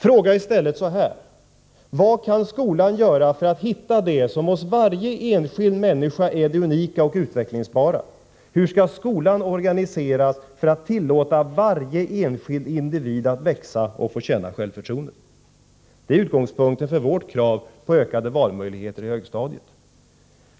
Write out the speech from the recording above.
Fråga i stället så här: Vad kan skolan göra för att hitta det som hos varje enskild människa är det unika och utvecklingsbara? Hur skall skolan organiseras för att tillåta varje enskild individ att växa och få känna självförtroende? Det är utgångspunkten för vårt krav på ökade valmöjligheter i högstadiet.